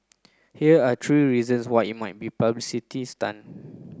here are three reasons why it might be publicity stunt